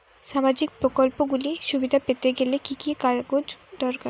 সামাজীক প্রকল্পগুলি সুবিধা পেতে গেলে কি কি কাগজ দরকার?